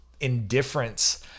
indifference